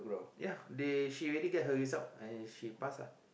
ya they she already get her results and she pass ah